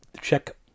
check